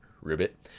ribbit